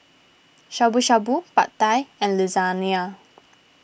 Shabu Shabu Pad Thai and Lasagna